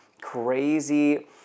crazy